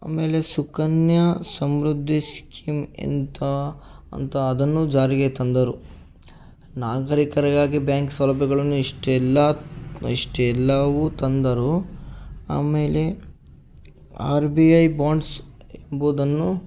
ಆಮೇಲೆ ಸುಕನ್ಯಾ ಸಮೃದ್ಧಿ ಸ್ಕೀಂ ಎಂತ ಅಂತ ಅದನ್ನು ಜಾರಿಗೆ ತಂದರು ನಾಗರೀಕರಿಗಾಗಿ ಬ್ಯಾಂಕ್ ಸೌಲಭ್ಯಗಳನ್ನು ಇಷ್ಟೆಲ್ಲಾ ಇಷ್ಟೆಲ್ಲವೂ ತಂದರು ಆಮೇಲೆ ಆರ್ ಬಿ ಐ ಬಾಂಡ್ಸ್ ಎಂಬುದನ್ನು